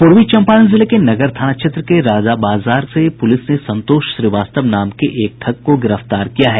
पूर्वी चंपारण जिले के नगर थाना क्षेत्र के राजाबाजार से पुलिस ने संतोष श्रीवास्तव नाम के एक ठग को गिरफ्तार किया है